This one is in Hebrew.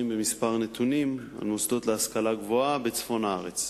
בכמה נתונים על המוסדות להשכלה גבוהה בצפון הארץ.